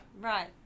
right